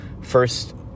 first